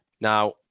Now